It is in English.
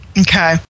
Okay